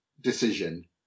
decision